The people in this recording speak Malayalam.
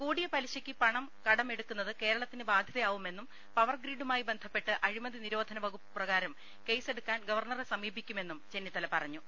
കൂടിയ പലിശയ്ക്ക് പണം കടം എടുക്കുന്നത് കേരളത്തിന് ബാധ്യതയാവുമെന്നും പവർഗ്രിഡുമായി ബന്ധപ്പെട്ട് അഴിമതി നിരോധന വകുപ്പ് പ്രകാരം കേസെടുക്കാൻ ഗവർണറെ സമീ പിക്കുമെന്ന് ചെന്നിത്തല പറഞ്ഞു